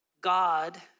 God